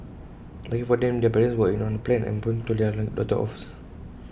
luckily for them their parents were in on the plan and promptly told their daughters off